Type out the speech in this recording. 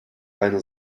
eine